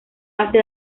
hace